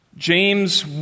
James